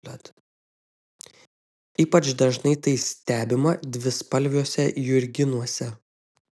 ypač dažnai tai stebima dvispalviuose jurginuose